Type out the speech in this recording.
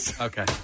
Okay